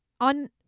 on